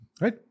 right